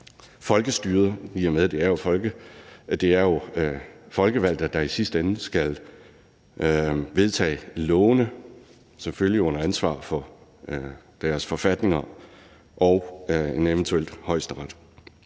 med at det jo er folkevalgte, der i sidste ende skal vedtage lovene, selvfølgelig under ansvar for deres forfatninger og en eventuel højesteret.